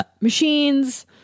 machines